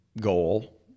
goal